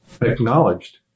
acknowledged